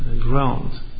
ground